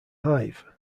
hive